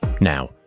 Now